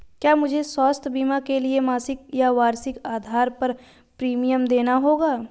क्या मुझे स्वास्थ्य बीमा के लिए मासिक या वार्षिक आधार पर प्रीमियम देना होगा?